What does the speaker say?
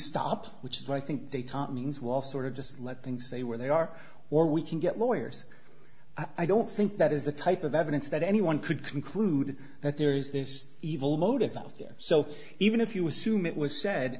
stop which is why i think detente means well sort of just let things they where they are or we can get lawyers i don't think that is the type of evidence that anyone could conclude that there is this evil motive out there so even if you assume it was said